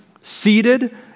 seated